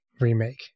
remake